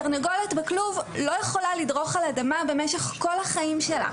תרנגולת בכלוב לא יכולה לדרוך על אדמה במשך כל החיים שלה,